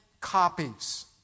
copies